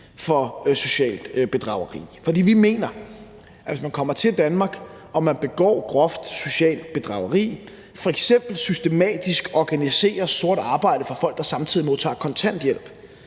for socialt bedrageri. For vi mener, at hvis man kommer til Danmark og begår groft socialt bedrageri, f.eks. systematisk, organiseret sort arbejde, samtidig med at man modtager kontanthjælp,